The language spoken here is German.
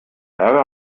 ärger